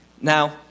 Now